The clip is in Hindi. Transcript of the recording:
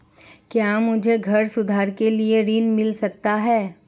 क्या मुझे घर सुधार के लिए ऋण मिल सकता है?